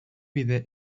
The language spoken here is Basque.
bide